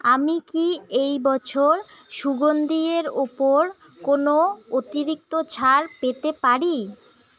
আমি কি এই বছর সুগন্ধের ওপর কোনো অতিরিক্ত ছাড় পেতে পারি